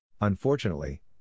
Unfortunately